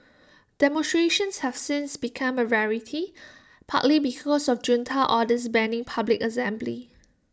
demonstrations have since become A rarity partly because of junta orders banning public assembly